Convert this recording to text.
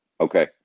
Okay